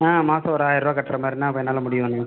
ஆ மாசம் ஒரு ஆயிர்ரூபா கட்டுற மாதிரினா என்னால் முடியுண்ணா